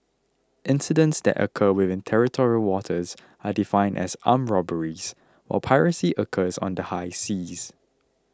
incidents that occur within territorial waters are defined as armed robberies while piracy occurs on the high seas